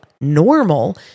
normal